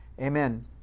amen